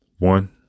One